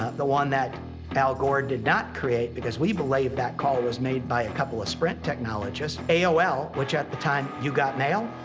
the one that al gore did not create because we believe that call was made by a couple of sprint technologists. aol, which at the time, you got mail,